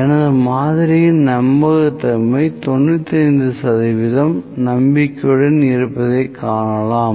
எனது மாதிரியின் நம்பகத்தன்மை 95 சதவீதம் நம்பிக்கையுடன் இருப்பதை காணலாம்